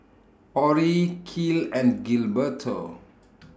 Orrie Kiel and Gilberto